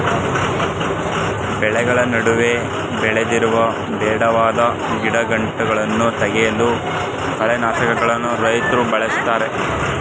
ಬೆಳೆಗಳ ನಡುವೆ ಬೆಳೆದಿರುವ ಬೇಡವಾದ ಗಿಡಗಂಟೆಗಳನ್ನು ತೆಗೆಯಲು ಕಳೆನಾಶಕಗಳನ್ನು ರೈತ್ರು ಬಳ್ಸತ್ತರೆ